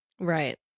Right